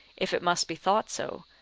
if it must be thought so,